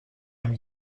amb